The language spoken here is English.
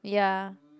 ya